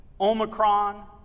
Omicron